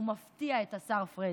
הוא מפתיע את השר פריג'.